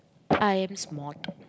I am smart